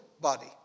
body